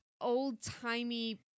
old-timey